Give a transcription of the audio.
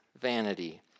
vanity